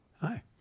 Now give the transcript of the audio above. Hi